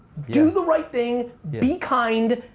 do the right thing, be kind.